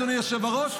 אדוני יושב-הראש,